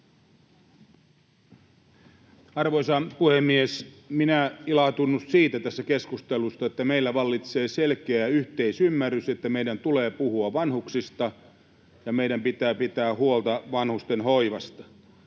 Arvoisa puhemies! Minä olen ilahtunut tässä keskustelussa siitä, että meillä vallitsee selkeä yhteisymmärrys, että meidän tulee puhua vanhuksista ja meidän pitää pitää huolta vanhustenhoivasta.